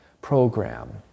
program